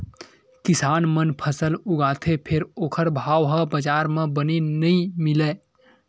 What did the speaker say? किसान मन फसल उगाथे फेर ओखर भाव ह बजार म बने नइ मिलय